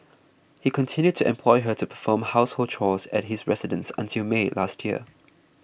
he continued to employ her to perform household chores at his residence until May last year